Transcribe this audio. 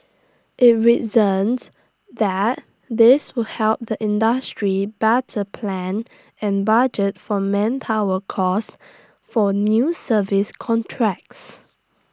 IT reasoned that this would help the industry better plan and budget for manpower costs for new service contracts